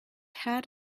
had